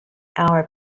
hour